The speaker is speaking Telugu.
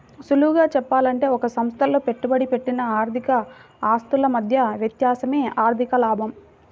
సులువుగా చెప్పాలంటే ఒక సంస్థలో పెట్టుబడి పెట్టిన ఆర్థిక ఆస్తుల మధ్య వ్యత్యాసమే ఆర్ధిక లాభం